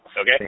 okay